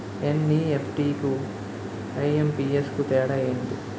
NEFT కు IMPS కు తేడా ఎంటి?